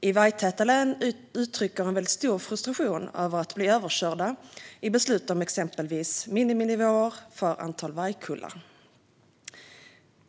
i vargtäta län uttrycker en stor frustration över att bli överkörda i beslut om exempelvis miniminivåer för antal vargkullar.